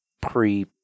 pre